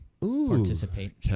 participate